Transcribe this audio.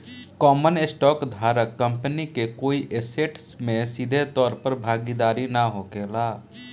common stock धारक company के कोई ऐसेट में सीधे तौर पर भागीदार ना होखेला